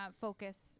focus